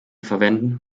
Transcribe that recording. verwenden